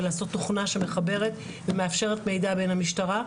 לעשות תוכנה שמחברת ומאפשרת מידע בין המשטרה,